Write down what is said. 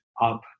up